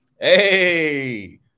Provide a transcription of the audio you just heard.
Hey